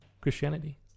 christianity